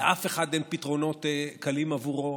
לאף אחד אין פתרונות קלים עבורו.